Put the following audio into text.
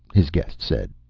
his guest said.